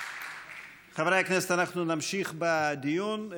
חברי הכנסת, אנחנו נמשיך בדיון.